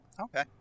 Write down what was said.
okay